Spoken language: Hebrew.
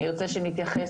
אני ארצה שנתייחס,